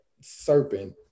serpent